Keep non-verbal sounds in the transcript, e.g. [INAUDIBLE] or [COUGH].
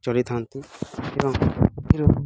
ଚଲେଇଥାନ୍ତି ଏବଂ [UNINTELLIGIBLE]